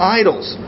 idols